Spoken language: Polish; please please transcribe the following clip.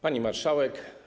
Pani Marszałek!